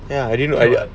ya I didn't I didn't